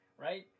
right